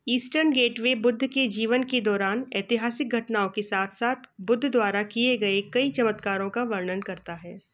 eastern gateway Buddha के जीवन के दौरान ऐतिहासिक घटनाओं के साथ साथ बुद्ध द्वारा किए गए कई चमत्कारों का वर्णन करता है